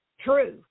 True